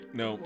no